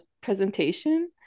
presentation